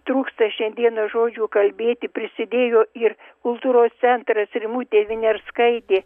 trūksta šiandieną žodžių kalbėti prisidėjo ir kultūros centras rimutė viniarskaitė